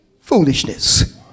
foolishness